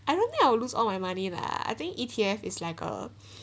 I don't think I will lose all my money lah I think E_T_F is like uh